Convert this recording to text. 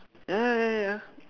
ya ya ya ya ya